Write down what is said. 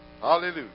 Hallelujah